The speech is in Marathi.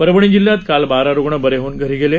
परभणी जिल्ह्यात काल बारा रुग्ण बरे होऊन घरी गेले